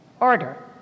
Order